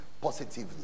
positively